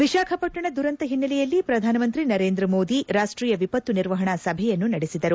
ವಿಶಾಖಪಟ್ಟಣ ದುರಂತ ಹಿನ್ನೆಲೆಯಲ್ಲಿ ಪ್ರಧಾನಿ ನರೇಂದ್ರ ಮೋದಿ ರಾಷ್ಟೀಯ ವಿಪತ್ತು ನಿರ್ವಹಣಾ ಸಭೆಯನ್ನು ನಡೆಸಿದರು